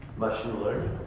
machine learning?